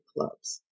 clubs